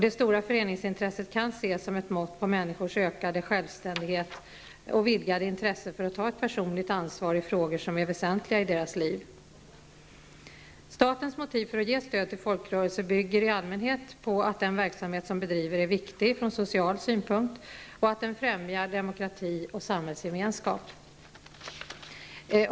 Det stora föreningsintresset kan ses som ett mått på människors ökade självständighet och vidgade intresse för att ta ett personligt ansvar i frågor som är väsentliga i deras liv. Statens motiv för att ge stöd till folkrörelser bygger i allmänhet på att den verksamhet som de bedriver är viktig från social synpunkt och att den främjar demokrati och samhällsgemenskap.